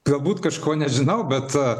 galbūt kažko nežinau bet